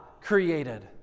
created